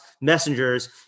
messengers